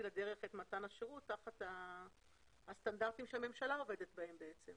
לדרך את מתן השירות תחת הסטנדרטים שהממשלה עובדת בהם.